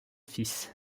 fils